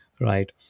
right